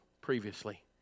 previously